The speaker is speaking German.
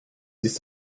ist